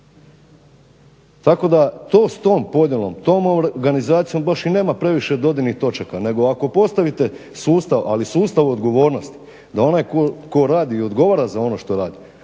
Tako da to s tom podjelom, tom organizacijom baš i nema previše dodirnih točaka nego ako postavite sustav, ali sustav odgovornosti da onaj tko radi odgovara za ono što radi